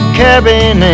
cabin